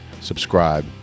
subscribe